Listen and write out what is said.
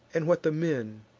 and what the men